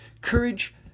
courage